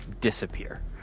disappear